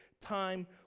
time